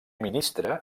ministre